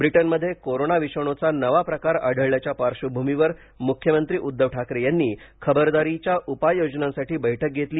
ब्रिटनमध्ये कोरोना विषाणूचा नवा प्रकार आढळल्याच्या पार्श्वभूमीवर मुख्यमंत्री उद्दव ठाकरे यांनी खबरदारीच्या उपाययोजनांसाठी बैठक घेतली